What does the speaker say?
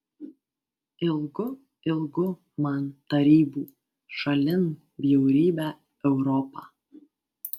ilgu ilgu man tarybų šalin bjaurybę europą